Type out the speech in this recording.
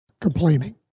complaining